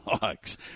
box